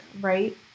right